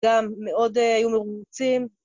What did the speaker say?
גם מאוד היו מרוצים.